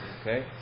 Okay